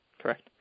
Correct